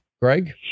Greg